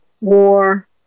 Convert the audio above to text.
war